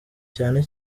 cyane